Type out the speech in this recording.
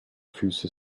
füße